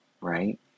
right